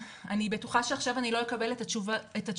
בטוחה שעכשיו אני לא אקבל את התשובות,